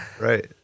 Right